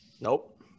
Nope